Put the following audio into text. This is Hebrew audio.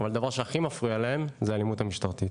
אבל דבר שהכי מפריע להם זה האלימות המשטרתית.